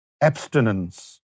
abstinence